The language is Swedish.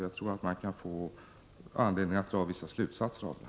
Jag tror att DAFA kan få anledning att dra vissa slutsatser av det.